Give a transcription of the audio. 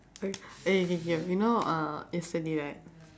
o~ eh ya you know uh recently right